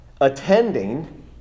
attending